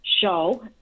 show